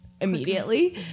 immediately